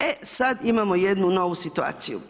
E sad imamo jednu novu situaciju.